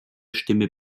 stimme